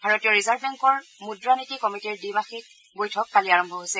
ভাৰতীয় ৰিজাৰ্ভ বেংকৰ মুদ্ৰা নীতি কমিটীৰ দ্বিমাযিক বৈঠক কালি আৰম্ভ হৈছে